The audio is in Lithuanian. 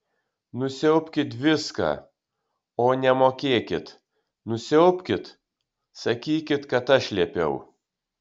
nusiaubkit viską o nemokėkit nusiaubkit sakykit kad aš liepiau